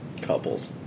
Couples